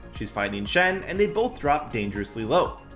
she's fighting shen and they both drop dangerously low.